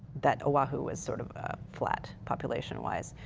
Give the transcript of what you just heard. that oahu was sort of flat. population wise.